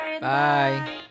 Bye